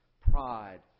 pride